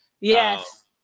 Yes